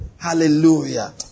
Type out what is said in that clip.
Hallelujah